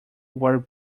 were